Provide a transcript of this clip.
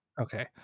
okay